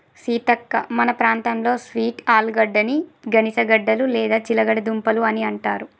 సీతక్క మన ప్రాంతంలో స్వీట్ ఆలుగడ్డని గనిసగడ్డలు లేదా చిలగడ దుంపలు అని అంటారు